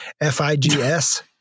F-I-G-S